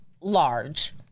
large